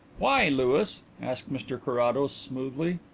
why, louis? asked mr carrados smoothly.